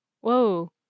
Whoa